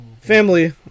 family